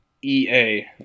EA